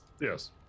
Yes